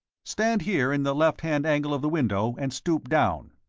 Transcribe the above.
stand here in the left-hand angle of the window and stoop down!